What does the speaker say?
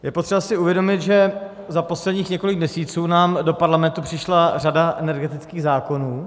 Je potřeba si uvědomit, že za posledních několik měsíců nám do parlamentu přišla řada energetických zákonů.